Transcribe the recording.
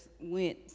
went